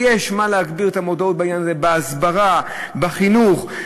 יש להגביר את המודעות בעניין הזה בהסברה, בחינוך.